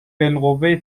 بالقوه